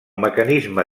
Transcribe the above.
mecanisme